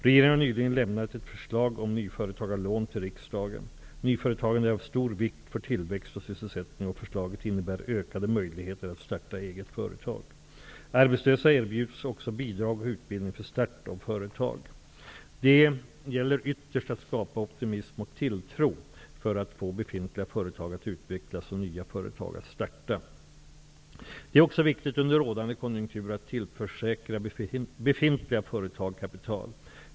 Regeringen har nyligen lämnat ett förslag om nyföretagarlån till riksdagen. Nyföretagande är av stor vikt för tillväxt och sysselsättning och förslaget innebär ökade möjligheter att starta eget företag. Arbetslösa erbjuds också bidrag och utbildning för start av företag. Det gäller ytterst att skapa optimism och tilltro för att få befintliga företag att utvecklas och nya företag att starta. Det är också viktigt under rådande konjunktur att tillförsäkra befintliga företag kapital.